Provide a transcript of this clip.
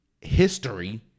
history